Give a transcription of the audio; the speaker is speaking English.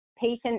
patient